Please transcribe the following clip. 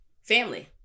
family